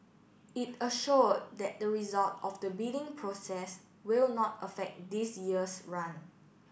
it assured that the result of the bidding process will not affect this year's run